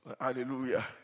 Hallelujah